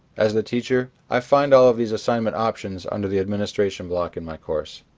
as the teacher, i find all these assignment options under the administration block in my course.